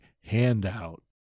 Handout